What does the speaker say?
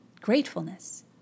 Gratefulness